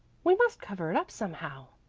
we must cover it up somehow.